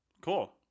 Cool